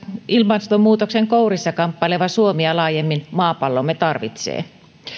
ilmastonmuutoksen kourissa kamppaileva suomi ja laajemmin maapallomme tarvitsevat